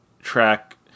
track